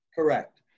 Correct